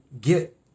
get